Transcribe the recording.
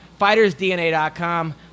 FightersDNA.com